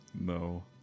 No